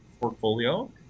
portfolio